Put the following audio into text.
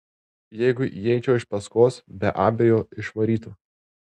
jeigu įeičiau iš paskos be abejo išvarytų